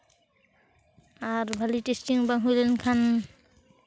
ᱟᱨ ᱵᱷᱟᱹᱞᱤ ᱴᱮᱥᱴᱤᱝ ᱵᱟᱝ ᱦᱩᱭ ᱞᱮᱱᱠᱷᱟᱱ